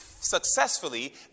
successfully